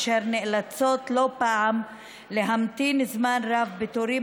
אשר נאלצות לא פעם להמתין זמן רב בתורים